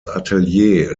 atelier